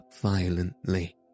violently